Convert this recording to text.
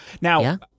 Now